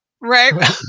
Right